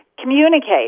communicate